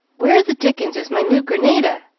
where the dickens is my new granada?